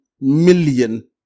million